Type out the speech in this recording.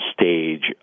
stage